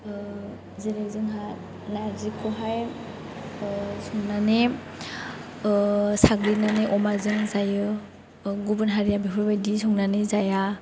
जेरै जोंहा नार्जिखौ हाय संनानै साग्लिनानै अमाजों जायो गुबुन हारिया बेफोर बायदि संनानै जाया